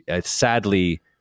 Sadly